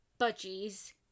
budgies